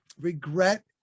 regret